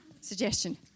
suggestion